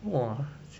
!wah!